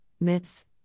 myths